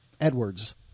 edwards